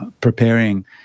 preparing